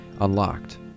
unlocked